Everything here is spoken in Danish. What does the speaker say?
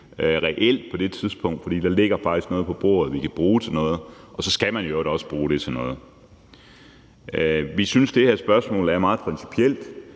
reelt på det tidspunkt. For der ligger faktisk noget på bordet, vi kan bruge til noget. Og så skal man i øvrigt også bruge det til noget. Vi synes, det her spørgsmål er meget principielt,